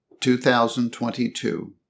2022